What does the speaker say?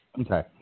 Okay